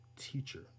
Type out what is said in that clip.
teacher